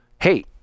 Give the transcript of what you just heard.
Hey